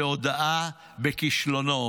זו הודאה בכישלונו,